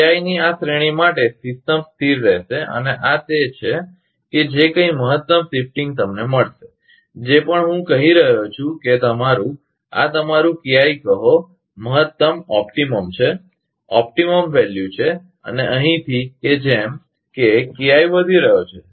KI ની આ શ્રેણી માટે સિસ્ટમ સ્થિર રહેશે અને આ તે છે કે જે કંઇ મહત્તમ શિફ્ટિંગ તમને મળશે જે પણ હું કહી રહ્યો છું કે તમારું આ તમારુ KI કહો મહત્તમ છે મહત્તમ મૂલ્ય છે અને અહીંથી કે જેમ કે KI વધી રહ્યો છે